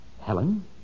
Helen